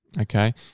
Okay